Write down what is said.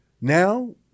Now